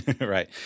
Right